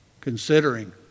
Considering